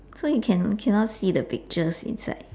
so you can cannot see the pictures inside